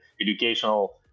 educational